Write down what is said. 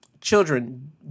children